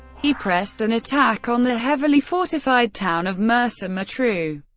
he pressed an attack on the heavily fortified town of mersa matruh,